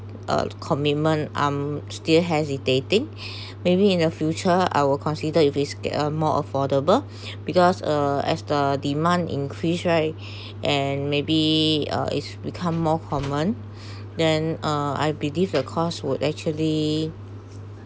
uh commitment um still hesitating maybe in the future I will consider if is uh more affordable because uh as the demand increase right and maybe uh it's become more common then uh I believe uh the cost would actually